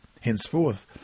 Henceforth